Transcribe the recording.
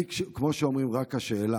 אני, כמו שאומרים, רק שאלה,